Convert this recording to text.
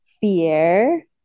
Fear